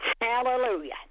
Hallelujah